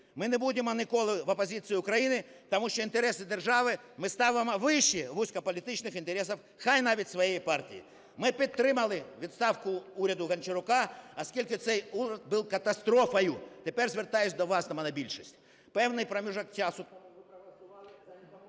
Ми не будемо ніколи в опозиції Україні, тому що інтереси держави ми ставимо вище вузько політичних інтересів хай навіть своєї партії. Ми підтримали відставку уряду Гончарука, оскільки цей уряд був катастрофою. Тепер звертаюся до вас, монобільшість. Певний проміжок часу…